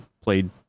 played